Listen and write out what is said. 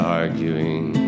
arguing